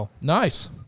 Nice